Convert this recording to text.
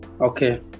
Okay